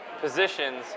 positions